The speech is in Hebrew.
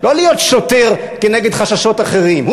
לא להיות שוטר נגד חששות אחרים.